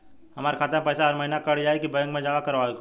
हमार खाता से पैसा हर महीना कट जायी की बैंक मे जमा करवाए के होई?